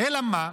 אלא מה?